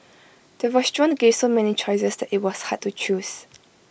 the restaurant gave so many choices that IT was hard to choose